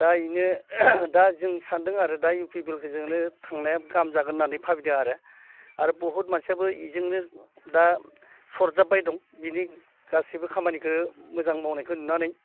दा बेनो दा जों सान्दों आरो दा इउ पि पि एल जोंनो थांनाया गाहाम जागोन होनना भाबिदों आरो आरो बहुद मानसियाबो बेजोंनो दा सरजाबबाय दं बिनि गासैबो खामानिखौ मोजां मावनायखौ नुनानै